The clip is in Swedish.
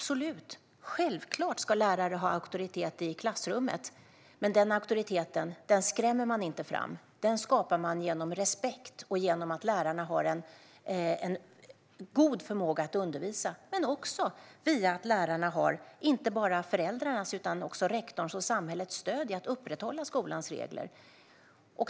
Självklart ska lärare ha auktoritet i klassrummet, men den auktoriteten skrämmer man inte fram. Den skapar man genom respekt och genom att lärarna har en god förmåga att undervisa. Men det handlar också om att lärarna har inte bara föräldrarnas utan också rektorns och samhällets stöd i fråga om att upprätthålla skolans regler.